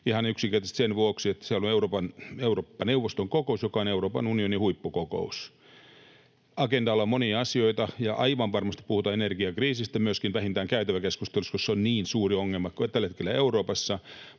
ihan yksinkertaisesti sen vuoksi, että siellä on Eurooppa-neuvoston kokous, joka on Euroopan unionin huippukokous. Agendalla on monia asioita, ja aivan varmasti puhutaan energiakriisistä myöskin, vähintään käytäväkeskusteluissa, koska se on niin suuri ongelma tällä hetkellä Euroopassa.